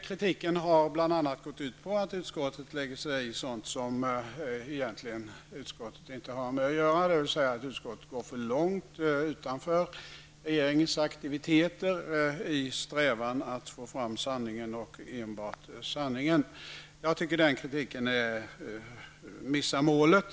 Kritiken har bl.a. gått ut på att utskottet lägger sig i sådant som utskottet egentligen inte har med att göra, dvs. utskottet går för långt utanför regeringens aktiviteter i strävan att få fram sanningen. Jag tycker att den kritiken missar målet.